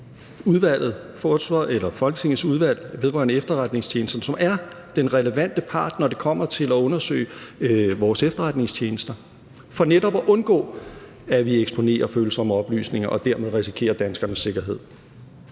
altså Udvalget vedrørende Efterretningstjenesterne, som er den relevante part, når det kommer til at undersøge vores efterretningstjenester – for netop at undgå, at vi eksponerer følsomme oplysninger og dermed risikerer danskernes sikkerhed.